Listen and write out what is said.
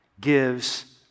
gives